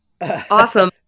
Awesome